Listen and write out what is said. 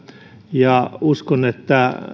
ja uskon että